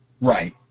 Right